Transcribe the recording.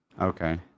Okay